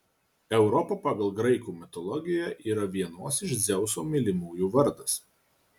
europa pagal graikų mitologiją yra vienos iš dzeuso mylimųjų vardas